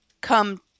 come